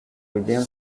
william